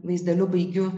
vaizdeliu baigiu